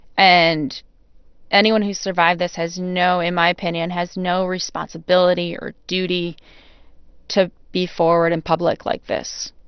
and anyone who survived this has no in my opinion has no responsibility or duty to be forward in public like this.